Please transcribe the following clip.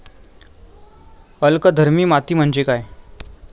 अल्कधर्मी माती म्हणजे काय?